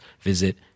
visit